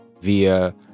via